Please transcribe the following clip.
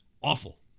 awful